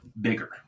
bigger